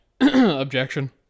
objection